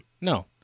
No